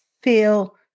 feel